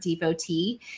devotee